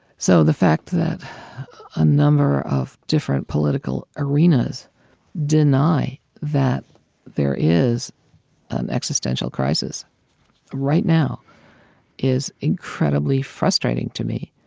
so the fact that a number of different political arenas deny that there is an existential crisis right now is incredibly frustrating to me,